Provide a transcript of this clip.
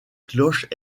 cloches